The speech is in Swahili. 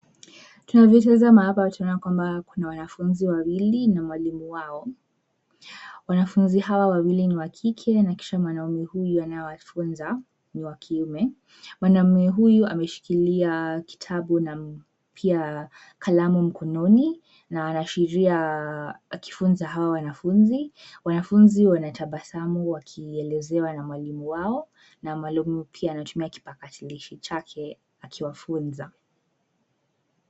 Tunavyotazama hapa tunaona kwamba kuna wanafunzi wawili na mwalimu wao. Wanafunzi hawa wawili ni wa kike na kisha mwanamme huyu anayewafunza ni wa kiume. Mwanamme huyu ameshikilia kitabu na pia kalamu mkononi na anaashiria akifunza hawa wanafunzi. Wanafuzi wanatabasamu wakielezewa na mwalimu wao na mwalimu pia anatumia kipatakilishi chake akiwafunza.